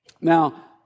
Now